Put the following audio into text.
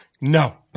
No